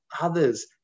others